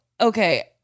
okay